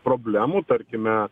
problemų tarkime